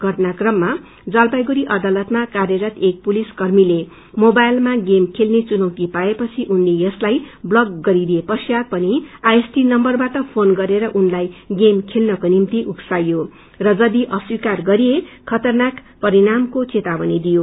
घटनाक्रम जलापाईगुङी अदालतमा कार्यरत एक पुसिस कर्मीले मोबाईलमा गेम खेल्ने चुनौती पाएपछि उनले यससलाई ब्लक गरिदिएथचात पनिआईण्एसण्डी नव्वरबाट पुन ोन गरेर उनलाई गेम खेलको निभि उक्याइयो र जरि अस्वीकार गरिए खतरनाक परिणामाक चेतावनी दिइयो